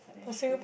yeah that's true